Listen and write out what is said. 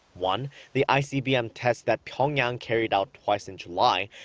one the icbm tests that pyongyang carried out twice in july.